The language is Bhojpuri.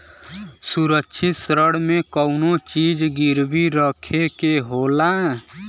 सुरक्षित ऋण में कउनो चीज गिरवी रखे के होला